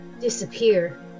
disappear